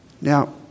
Now